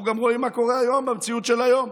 אנחנו גם רואים מה קורה היום במציאות של היום.